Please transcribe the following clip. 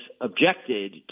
objected